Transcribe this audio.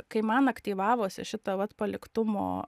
kai man aktyvavosi šita vat paliktumo